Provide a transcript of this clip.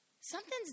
something's